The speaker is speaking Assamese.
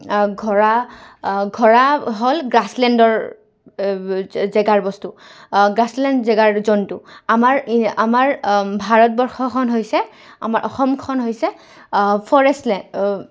ঘোঁৰা ঘোঁৰা হ'ল গ্ৰাছলেণ্ডৰ জেগাৰ বস্তু গ্ৰাছলেণ্ড জেগাৰ জন্তু আমাৰ আমাৰ ভাৰতবৰ্ষখন হৈছে আমাৰ অসমখন হৈছে ফৰেষ্ট লেণ্ড